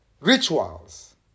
rituals